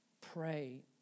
pray